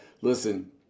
Listen